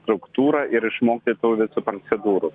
struktūrą ir išmokti tų visų pracedūrų